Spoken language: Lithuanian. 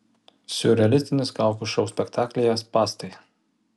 siurrealistinis kaukių šou spektaklyje spąstai